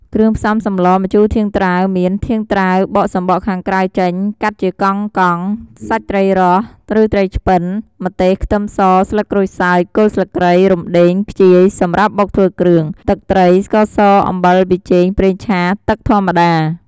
គ្រឿងផ្សំសម្លម្ជូរធាងត្រាវមាន ធាងត្រាវ បកសំបកខាងក្រៅចេញ កាត់ជាកង់ៗ សាច់ត្រីរ៉ស់ ឬត្រីឆ្ពិន ម្ទេស ខ្ទឹមស ស្លឹកក្រូចសើច គល់ស្លឹកគ្រៃ រំដេង ខ្ជាយ សម្រាប់បុកធ្វើគ្រឿង ទឹកត្រី ស្ករស អំបិល ប៊ីចេង ប្រេងឆា ទឹកធម្មតា។